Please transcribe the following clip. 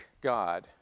God